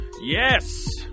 Yes